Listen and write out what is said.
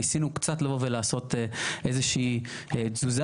ניסינו לבוא ולעשות איזו שהיא תזוזה,